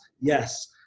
Yes